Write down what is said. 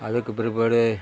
அதுக்கு பிற்பாடு